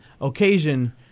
occasion